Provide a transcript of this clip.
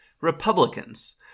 Republicans